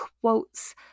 quotes